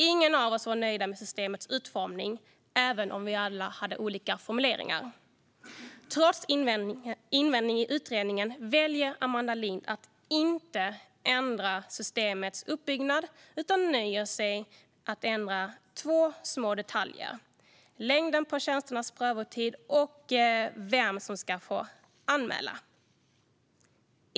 Ingen av oss var nöjd med systemets utformning, även om vi alla hade olika formuleringar. Trots invändningar i utredningen väljer Amanda Lind att inte ändra systemets uppbyggnad, utan hon nöjer sig med att ändra två små detaljer: längden på tjänsternas prövotid och vem som ska få anmäla.